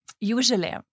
Usually